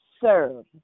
serve